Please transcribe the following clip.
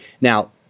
Now